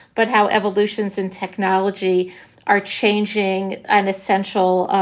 but how evolutions in technology are changing an essential